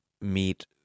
meet